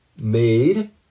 made